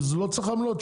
לא צריך עמלות?